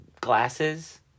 glasses